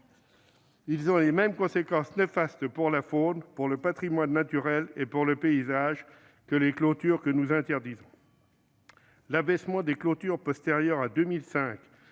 ont les mêmes conséquences néfastes pour la faune, pour le patrimoine naturel et pour le paysage que les clôtures que nous interdisons. L'abaissement des clôtures postérieures à 2005